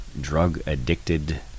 drug-addicted